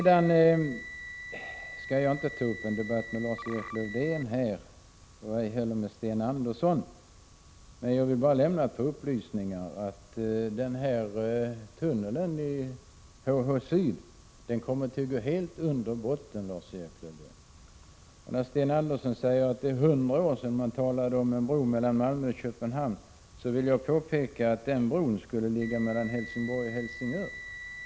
Jag skall inte ta upp en debatt med Lars-Erik Lövdén, ej heller med Sten Andersson i Malmö. Jag vill bara lämna ett par upplysningar. Den här tunneln, HH-syd, kommer att gå helt under botten, Lars-Erik Lövdén. Sten Andersson säger att det är för hundra år sedan man började tala om en bro mellan Malmö och Köpenhamn. Jag vill då påpeka att den bron skulle ligga mellan Helsingborg och Helsingör.